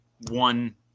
one